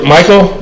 Michael